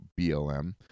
BLM